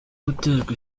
guterwa